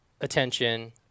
attention